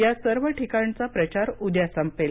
या सर्व ठिकाणचा प्रचार उद्या संपेल